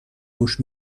گوش